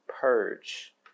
purge